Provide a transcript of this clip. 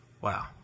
Wow